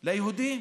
ליהודים,